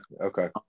okay